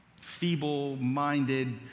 feeble-minded